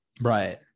right